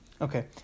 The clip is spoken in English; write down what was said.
Okay